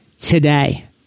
today